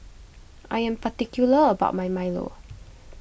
I am particular about my Milo